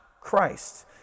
Christ